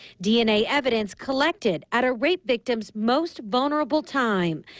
dna evidence collected at a rape victim's most vulnerable time.